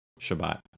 Shabbat